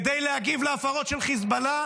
כדי להגיב על עבירות של חיזבאללה,